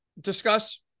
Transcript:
discuss